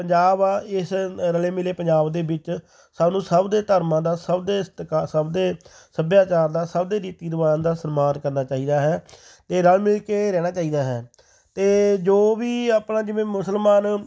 ਪੰਜਾਬ ਆ ਇਸ ਰਲੇ ਮਿਲੇ ਪੰਜਾਬ ਦੇ ਵਿੱਚ ਸਾਨੂੰ ਸਭ ਦੇ ਧਰਮਾਂ ਦਾ ਸਭ ਦੇ ਸਤਿਕਾਰ ਸਭ ਦੇ ਸੱਭਿਆਚਾਰ ਦਾ ਸਭ ਦੇ ਰੀਤੀ ਰਿਵਾਜ਼ ਦਾ ਸਨਮਾਨ ਕਰਨਾ ਚਾਹੀਦਾ ਹੈ ਅਤੇ ਰਲ ਮਿਲ ਕੇ ਰਹਿਣਾ ਚਾਹੀਦਾ ਹੈ ਅਤੇ ਜੋ ਵੀ ਆਪਣਾ ਜਿਵੇਂ ਮੁਸਲਮਾਨ